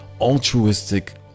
altruistic